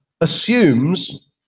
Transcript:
assumes